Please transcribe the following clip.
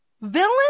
Villain